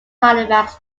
halifax